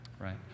right